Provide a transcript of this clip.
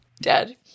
dead